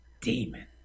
demon